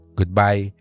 Goodbye